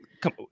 Come